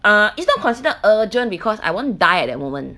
uh is not considered urgent because I won't die at that moment